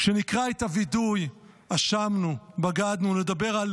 כשנקרא את הווידוי "אשמנו, בגדנו", נדבר על